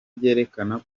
byerekana